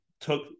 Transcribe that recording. took